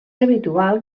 habitual